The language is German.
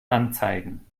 anzeigen